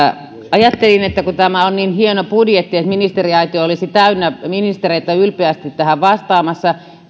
ajattelin että kun tämä on niin hieno budjetti niin ministeriaitio olisi täynnä ministereitä ylpeästi tähän vastaamassa